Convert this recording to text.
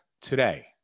today